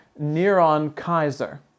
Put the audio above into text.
Neron-Kaiser